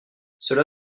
cela